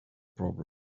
problem